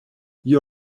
you